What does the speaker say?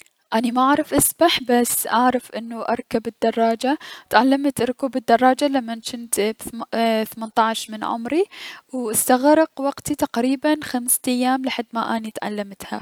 اني ما اعرف اسبح بس اعرف ايي- اني اركب الدراجة و تعلمت اركب الدراجة لمن كنت ب اث- ثمنتعش من عمري و استغرق وقتي تقريبا خمسة ايام لحد ما اني تعلمتها.